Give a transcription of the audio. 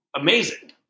amazing